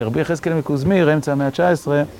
רבי יחזקאל מקוזמיר, אמצע המאה ה-19.